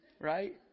Right